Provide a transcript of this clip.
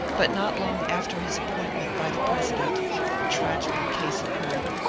but not long after his appointment by the president a tragical case occurred.